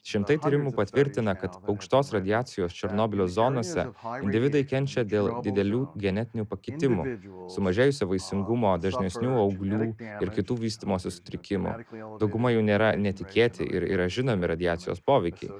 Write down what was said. šimtai tyrimų patvirtina kad aukštos radiacijos černobylio zonose individai kenčia dėl didelių genetinių pakitimų sumažėjusio vaisingumo dažnesnių auglių ir kitų vystymosi sutrikimų dauguma jų nėra netikėti ir yra žinomi radiacijos poveikiai